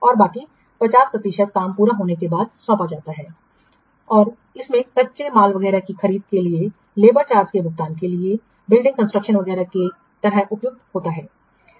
और बाकी 50 प्रतिशत काम पूरा होने के बाद सौंपा जाता है और इसमें कच्चे माल वगैरह की खरीद के लिए लेबर चार्ज के भुगतान के लिए बिल्डिंग कंस्ट्रक्शन वगैरह की तरह उपयुक्त होता है